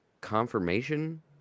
confirmation